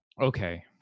Okay